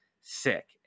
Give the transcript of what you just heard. sick